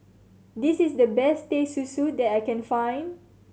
this is the best Teh Susu that I can find